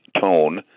tone